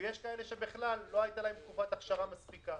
ויש כאלה שבכלל לא הייתה להן תקופת אכשרה מספיקה.